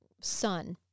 son